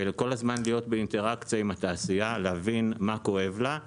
וכל הזמן להיות באינטראקציה עם התעשייה כדי להבין מה כואב לה,